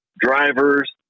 drivers